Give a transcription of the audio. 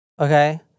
okay